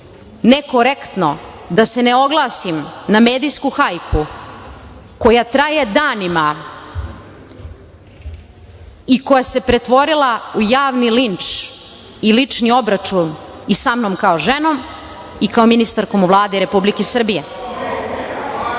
nekorektno da se ne oglasim na medijsku hajku koja traje danima i koja se pretvorila u javni linč i lični obračun i sa mnom kao ženom i kao ministarkom u Vladi Republike Srbije. Ali,